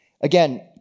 Again